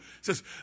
says